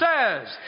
says